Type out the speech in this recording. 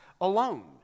alone